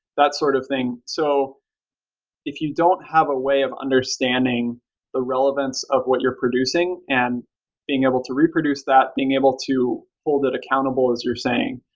that sort of thing so if you don't have a way of understanding the relevance of what you're producing and being able to reproduce that, being able to hold it accountable, as you're saying,